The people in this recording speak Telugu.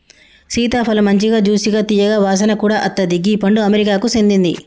సీతాఫలమ్ మంచి జ్యూసిగా తీయగా వాసన కూడా అత్తది గీ పండు అమెరికాకు సేందింది